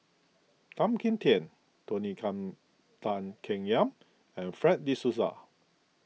Tan Kim Tian Tony come Tan Keng Yam and Fred De Souza